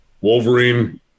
wolverine